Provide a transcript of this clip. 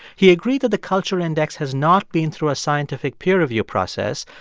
he agreed that the culture index has not been through a scientific peer review process,